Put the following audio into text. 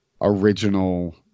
original